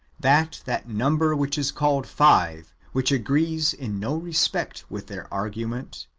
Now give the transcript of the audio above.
that that number which is called five, which agrees in no respect with their argument,